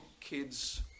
kids